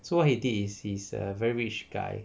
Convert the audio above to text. so what he did is he's a very rich guy